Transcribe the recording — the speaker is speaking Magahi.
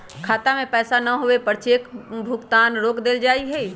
खाता में पैसा न होवे पर चेक भुगतान रोक देयल जा हई